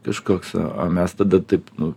kažkoks o mes tada taip nu